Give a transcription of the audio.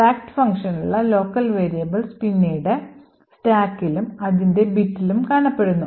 fact ഫംഗ്ഷനുള്ള local variables പിന്നീട് സ്റ്റാക്കിലും അതിന്റെ ബിറ്റിലും കാണപ്പെടുന്നു